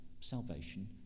salvation